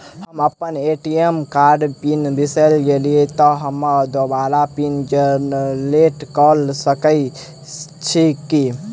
हम अप्पन ए.टी.एम कार्डक पिन बिसैर गेलियै तऽ हमरा दोबारा पिन जेनरेट कऽ सकैत छी की?